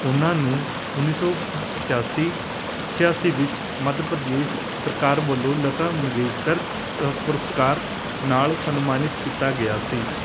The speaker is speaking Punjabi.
ਉਨ੍ਹਾਂ ਨੂੰ ਉੱਨੀ ਸੌ ਪ ਪਚਾਸੀ ਛਿਆਸੀ ਵਿੱਚ ਮੱਧ ਪ੍ਰਦੇਸ਼ ਸਰਕਾਰ ਵੱਲੋਂ ਲਤਾ ਮੰਗੇਸ਼ਕਰ ਪੁਰਸਕਾਰ ਨਾਲ ਸਨਮਾਨਿਤ ਕੀਤਾ ਗਿਆ ਸੀ